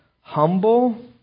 humble